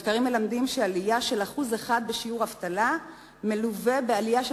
מחקרים מלמדים שעלייה של 1% בשיעור האבטלה מלווה בעלייה של